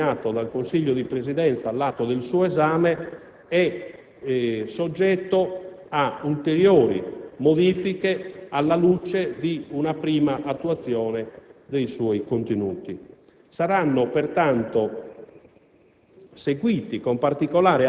com'è stato ben sottolineato dal Consiglio di Presidenza all'atto del suo esame - è soggetto ad ulteriori modifiche alla luce di una prima attuazione dei suoi contenuti. Saranno, pertanto,